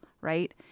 right